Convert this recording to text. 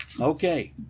Okay